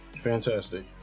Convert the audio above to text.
Fantastic